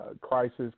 crisis